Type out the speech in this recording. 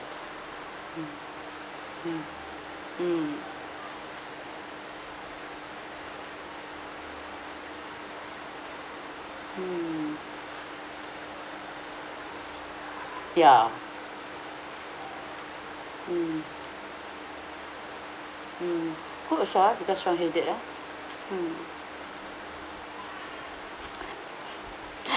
mm mm mm mm ya mm mm good also ah because strong headed ah mm